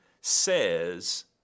says